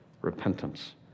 repentance